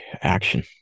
action